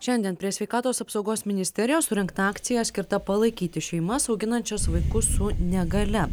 šiandien prie sveikatos apsaugos ministerijos surengta akcija skirta palaikyti šeimas auginančias vaikus su negalia